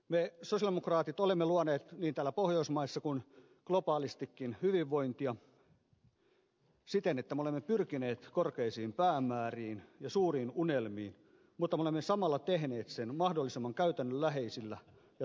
me sosialidemokraatit olemme luoneet niin täällä pohjoismaissa kuin globaalistikin hyvinvointia siten että me olemme pyrkineet korkeisiin päämääriin ja suuriin unelmiin mutta me olemme samalla tehneet sen mahdollisimman käytännönläheisillä ja toimivilla keinoilla